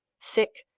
sick,